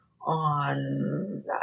on